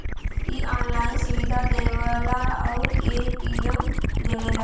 इ ऑनलाइन सुविधा देवला आउर ए.टी.एम देवला